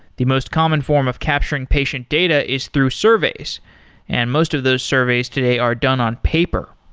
the most common form of capturing patient data is through surveys and most of those surveys today are done on paper.